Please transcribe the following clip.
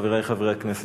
חברי חברי הכנסת,